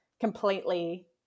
completely